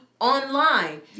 online